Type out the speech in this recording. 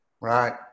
Right